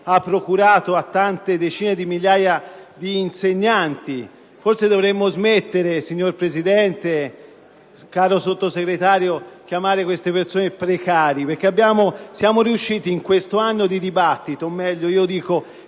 ha procurato a tante decine di migliaia di insegnanti. Forse dovremmo smettere, signor Presidente e caro Sottosegretario, di chiamare queste persone «precari»: in quest'anno di dibattito siamo, o meglio, siete